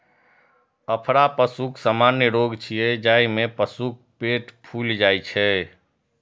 अफरा पशुक सामान्य रोग छियै, जाहि मे पशुक पेट फूलि जाइ छै